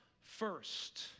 first